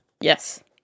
Yes